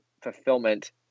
fulfillment